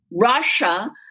Russia